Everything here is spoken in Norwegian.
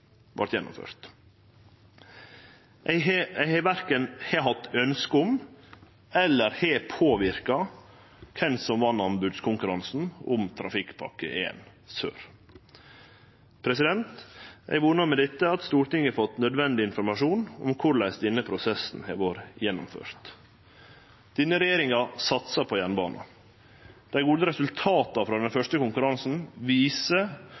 vart gjennomført. Eg har verken hatt ønskje om å påverke eller har påverka kven som vann anbodskonkurransen om Trafikkpakke 1 Sør. Eg vonar Stortinget med dette har fått nødvendig informasjon om korleis denne prosessen har vore gjennomført. Denne regjeringa satsar på jernbanen. Dei gode resultata frå den første konkurransen viser